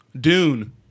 Dune